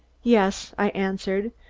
yes, i answered.